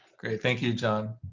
great. thank you, john.